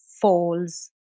falls